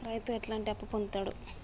రైతు ఎట్లాంటి అప్పు పొందుతడు?